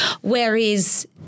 Whereas